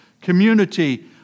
community